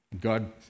God